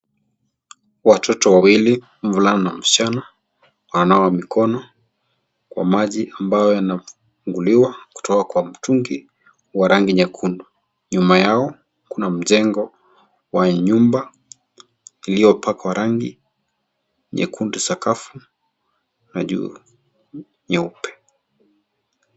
Watoto wawili mvulana na msichana wananawa mikono kwa maji ambayo yanafunguliwa kutoka kwa mtungi wa rangi nyekundu, nyuma yao kuna mjengo wa nyumba iliyopakwa rangi, nyekundu sakafu na juu nyeupe.